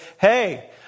hey